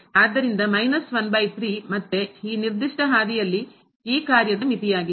ಆದ್ದರಿಂದ ಮತ್ತೆ ಈ ನಿರ್ದಿಷ್ಟ ಹಾದಿಯಲ್ಲಿ ಈ ಕಾರ್ಯದ ಮಿತಿಯಾಗಿದೆ